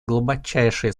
глубочайшие